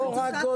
לא רק גודל,